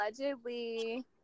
allegedly